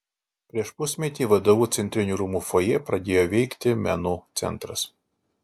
prieš pusmetį vdu centrinių rūmų fojė pradėjo veikti menų centras